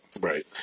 Right